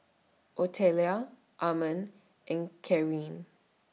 Otelia Ammon and Carin